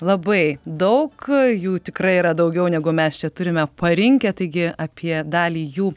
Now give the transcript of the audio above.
labai daug jų tikrai yra daugiau negu mes čia turime parinkę taigi apie dalį jų